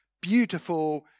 beautiful